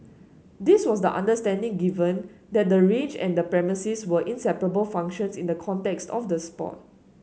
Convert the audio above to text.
this was the understanding given that the range and the premises were inseparable functions in the context of the sport